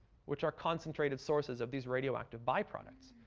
which are concentrated sources of these radioactive byproducts.